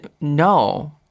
no